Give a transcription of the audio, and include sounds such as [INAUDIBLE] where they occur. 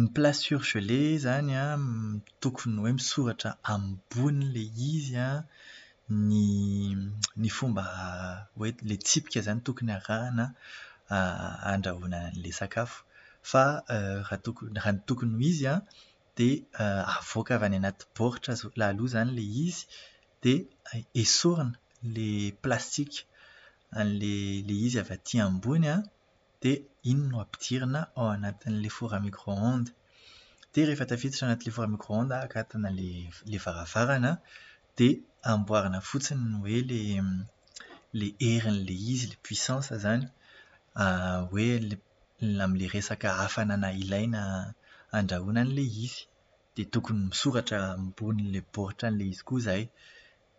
Ny "plats surgelés" izany an tokony hoe misoratra ambonin'ilay izy an ny ny fomba hoe ilay fitsipika izany tokony arahana [HESITATION] andrahoina an'ilay sakafo. Fa [HESITATION] raha tokony- raha ny tokony ho izy an, dia avoaka avy any anaty baoritra za- aloha izany ilay izy, dia esorina ilay plastika an'ilay izy avy aty ambony an, dia iny no ampidirina ao anatin'ilay "four à micro-ondes". Dia rehefa tafiditra ao anatin'ilay "four à micro-ondes" an akatona ilay ilay varavarana, dia amboarina fotsiny hoe ilay herin'ilay izy, ilay "puissance" izany. [HESITATION] Hoe la- amin'ilay resaka hafanana ilaina andrahoina an'ilay izy. Dia tokony misoratra ambonin'ilay baoritran'ilay izy koa izay.